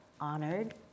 honored